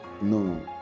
No